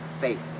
faith